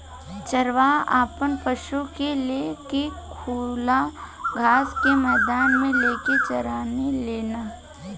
चरवाहा आपन पशु के ले के खुला घास के मैदान मे लेके चराने लेन